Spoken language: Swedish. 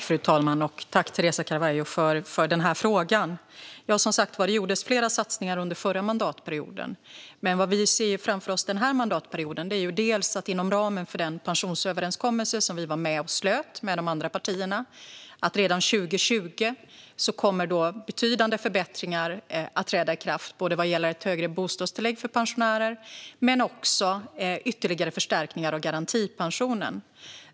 Fru talman! Tack, Teresa Carvalho, för den frågan! Det gjordes flera satsningar under den förra mandatperioden. Vad vi ser framför oss den här mandatperioden är inom ramen för den pensionsöverenskommelse som vi var med och slöt tillsammans med de andra partierna. Redan 2020 kommer betydande förbättringar att träda i kraft vad gäller både ett högre bostadstillägg för pensionärer och ytterligare förstärkningar av garantipensionen.